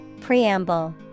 preamble